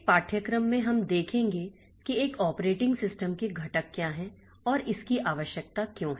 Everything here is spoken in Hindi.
इस पाठ्यक्रम में हम देखेंगे कि एक ऑपरेटिंग सिस्टम के घटक क्या हैं और इसकी आवश्यकता क्यों है